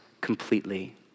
completely